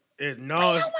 No